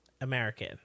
American